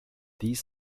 these